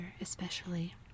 especially